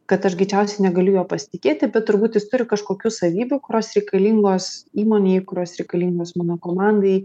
kad aš greičiausiai negaliu juo pasitikėti bet turbūt jis turi kažkokių savybių kurios reikalingos įmonei kurios reikalingos mano komandai